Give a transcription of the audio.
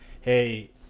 hey